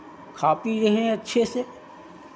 खा पी रहे हैं अच्छे से